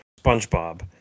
Spongebob